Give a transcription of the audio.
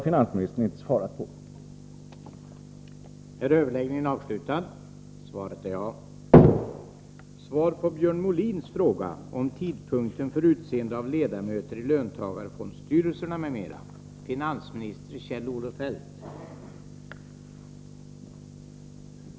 Finansministern har inte svarat på det.